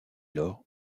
lors